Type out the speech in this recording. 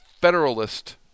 Federalist